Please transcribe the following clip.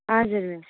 हजुर मिस